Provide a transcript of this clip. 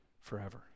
forever